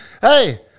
hey